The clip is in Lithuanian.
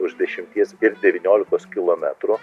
už dešimties ir devyniolikos kilometrų